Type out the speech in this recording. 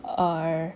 err